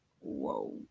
Whoa